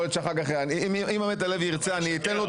יכול להיות שאחר כך אם עמית הלוי ירצה אני אתן לו